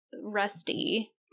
rusty